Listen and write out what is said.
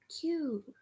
Cute